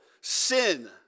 sin